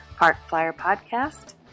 parkflyerpodcast